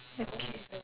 okay